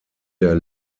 der